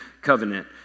covenant